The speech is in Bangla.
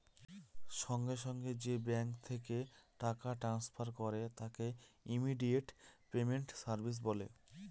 সঙ্গে সঙ্গে যে ব্যাঙ্ক থেকে টাকা ট্রান্সফার করে তাকে ইমিডিয়েট পেমেন্ট সার্ভিস বলে